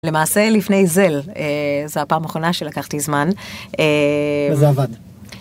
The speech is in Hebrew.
למעשה לפני זל, זו הפעם האחרונה שלקחתי זמן. וזה עבד.